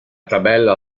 tabella